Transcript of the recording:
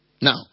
Now